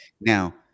Now